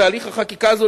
בתהליך החקיקה הזה,